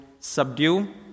subdue